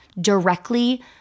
directly